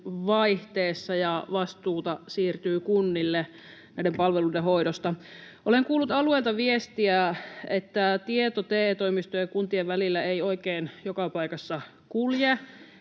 vuodenvaihteessa. Vastuuta siirtyy kunnille näiden palveluiden hoidosta. Olen kuullut alueelta viestiä, että tieto TE-toimistojen ja kuntien välillä ei oikein joka paikassa kulje